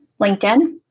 LinkedIn